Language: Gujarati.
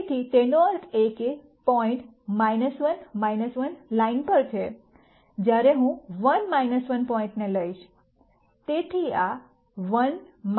તેથી તેનો અર્થ એ કે પોઈન્ટ 1 1 લાઈન પર છે જ્યારે હું 1 1 પોઈન્ટને લઈશ